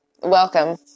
welcome